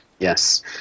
Yes